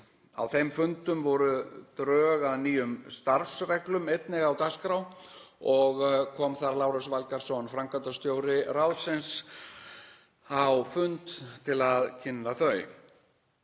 Á þeim fundum voru drög að nýjum starfsreglum einnig á dagskrá og kom þar Lárus Valgarðsson, framkvæmdastjóri ráðsins, á fund til að kynna þau.